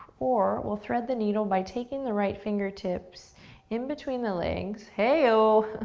or, we'll thread the needle by taking the right fingertips in between the legs. hey-o!